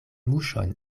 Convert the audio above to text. muŝon